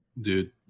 Dude